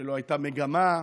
שלא הייתה מגמה,